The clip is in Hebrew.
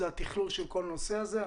הוא התכלול של כל הנושא הזה.